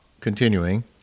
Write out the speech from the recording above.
continuing